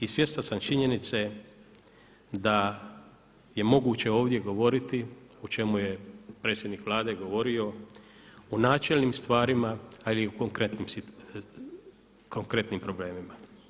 I svjestan sam činjenice da je moguće ovdje govoriti o čemu je predsjednik Vlade govorio o načelnim stvarima ali o konkretnim problemima.